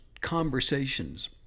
conversations